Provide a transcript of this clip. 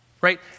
Right